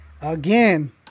again